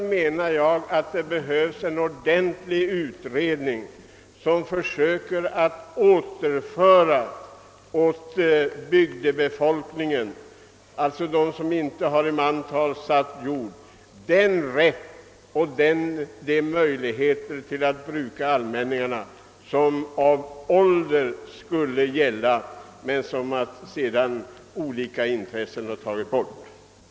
Jag anser därför att det behövs en ordentlig utredning, vars uppgift bör vara att åt den bygdebefolkning som inte har i mantal satt jord försöka återföra den rätt och de möjligheter att bruka allmänningarna, som av ålder skulle tillkomma dessa människor men som sedan av olika intressenter har berövats dem.